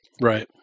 Right